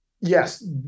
yes